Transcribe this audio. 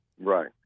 right